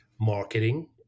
marketing